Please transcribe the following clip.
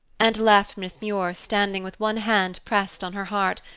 and left miss muir standing with one hand pressed on her heart,